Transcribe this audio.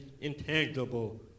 intangible